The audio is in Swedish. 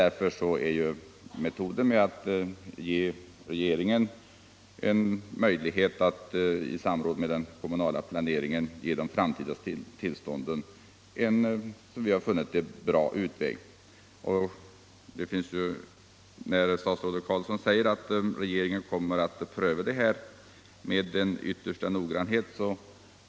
Metoden att ge regeringen en möjlighet att i samråd med den kommunala planeringen lämna de framtida tillstånden är en bra utväg. Statsrådet Carlsson framhåller att regeringen kommer att pröva ärendena ”med yttersta noggrannhet”.